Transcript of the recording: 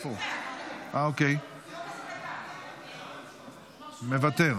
אוקיי, מוותר.